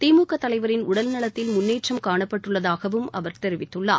திமுக தலைவரின் உடல் நலத்தில் முன்னேற்றம் காணப்பட்டுள்ளதாகவும் அவர் தெரிவித்துள்ளார்